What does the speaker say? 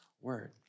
word